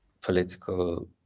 political